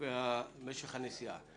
ומשך הנסיעה נשארו פתוחות.